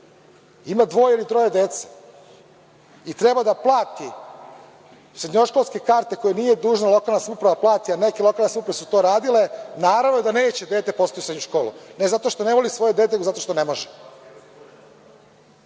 ima dvoje ili troje dece i treba da plati srednjoškolske karte koje nije dužna lokalna samouprava da plati, a neke lokalne samouprave su to radile, naravno da neće dete poslati u srednju školu, ne zato što ne voli svoje dete, nego zato što ne može. To